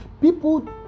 people